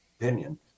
opinion